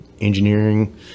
engineering